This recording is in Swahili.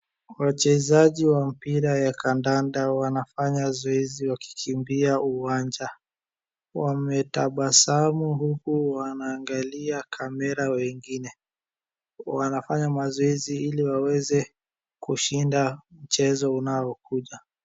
Wachezaji wa mpira ya kandanda wanafanya zoezi wakikimbia uwanja. Wametabasamu huku wanaangalia kamera wengine wanafanya mazoezi ili waweze kushinda mchezo unao kuja.